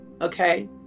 Okay